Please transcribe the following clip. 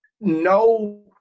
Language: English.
no